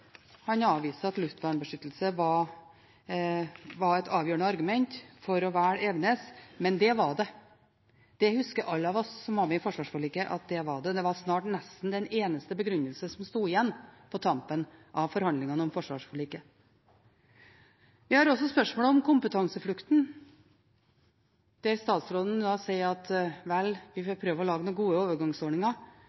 han avviser at luftvernbeskyttelse var et avgjørende argument for å verne Evenes. Men det var det. Det husker alle vi som var med i forsvarsforliket at det var – det var nesten den eneste begrunnelsen som sto igjen på tampen av forhandlingene om forsvarsforliket. Vi har også spørsmålet om kompetanseflukten, der statsråden sier at vel, vi